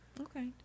okay